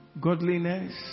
godliness